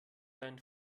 dein